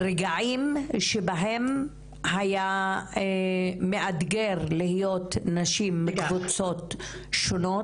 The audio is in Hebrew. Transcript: לרגעים שבהם היה מאתגר להיות נשים בקבוצות שונות,